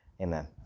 Amen